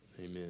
Amen